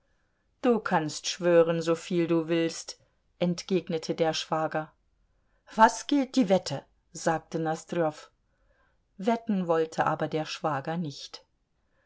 du kannst schwören soviel du willst entgegnete der schwager was gilt die wette sagte nosdrjow wetten wollte aber der schwager nicht